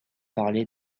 parlé